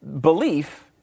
belief